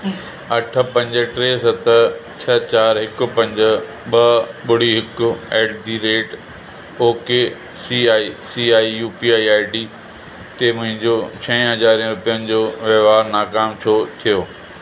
अठ पंज टे सत छह चारि हिकु पंज ॿ ॿुड़ी हिकु at the rate okay C I C I UPI ID ते मुंहिंजो छह हज़ार रुपयनि जो वहिंवारु नाकाम छो थियो